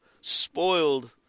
spoiled